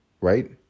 right